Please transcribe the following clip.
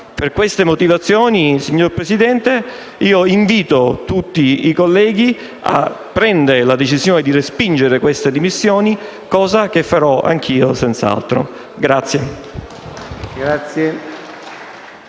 Per queste motivazioni, signor Presidente, invito tutti i colleghi a prendere la decisione di respingere queste dimissioni, cosa che farò senz'altro anche